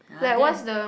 ah then